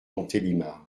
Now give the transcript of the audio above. montélimar